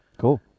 Cool